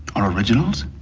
are originals?